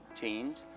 teens